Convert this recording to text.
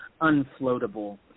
Unfloatable